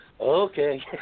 okay